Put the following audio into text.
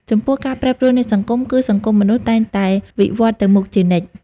ចំពោះ ការប្រែប្រួលនៃសង្គម គឺសង្គមមនុស្សតែងតែវិវឌ្ឍន៍ទៅមុខជានិច្ច។